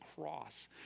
cross